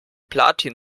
platin